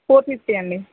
four fifty అండి